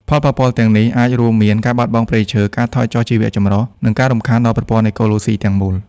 ផលប៉ះពាល់ទាំងនេះអាចរួមមានការបាត់បង់ព្រៃឈើ ការថយចុះជីវៈចម្រុះ និងការរំខានដល់ប្រព័ន្ធអេកូឡូស៊ីទាំងមូល។